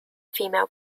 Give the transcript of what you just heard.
female